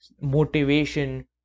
motivation